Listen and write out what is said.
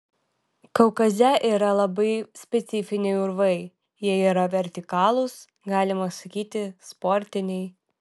kaukaze yra labai specifiniai urvai jie yra vertikalūs galima sakyti sportiniai